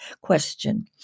question